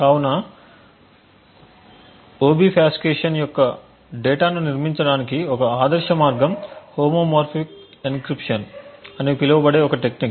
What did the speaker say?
కాబట్టి ఒబిఫాస్కేషన్ యొక్క డేటాను నిర్మించడానికి ఒక ఆదర్శ మార్గం హోమోమోర్ఫిక్ ఎన్క్రిప్షన్ అని పిలువబడే ఒక టెక్నిక్